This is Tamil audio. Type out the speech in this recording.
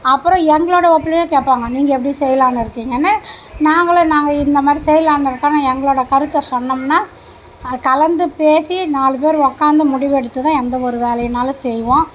அப்புறம் எங்களோட ஒப்பீனியன் கேட்பாங்க நீங்கள் எப்படி செய்யலான்னு இருக்கீங்கன்னு நாங்களும் நாங்கள் இந்த மாதிரி செய்யலாம்ன்னு இருக்கோன்னு எங்களோட கருத்தை சொன்னோம்ன்னால் கலந்து பேசி நாலு பேர் உக்காந்து முடிவெடுத்து தான் எந்த ஒரு வேலைனாலும் செய்வோம்